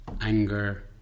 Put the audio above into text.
anger